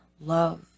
love